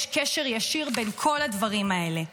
יש קשר ישיר בין כל הדברים האלה.